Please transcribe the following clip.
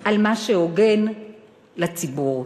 על מה שהוגן לציבור.